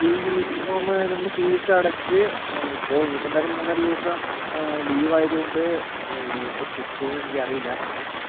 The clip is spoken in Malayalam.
യൂണിഫോം നിങ്ങൾ ഫീസ് അടച്ച് ഇപ്പോൾ ഇനി ഇപ്പം എന്തായാലും മൂന്നാല് ദിവസം ലീവ് ആയതു കൊണ്ട് ഇപ്പം കിട്ടുമോ എനിക്ക് അറിയില്ല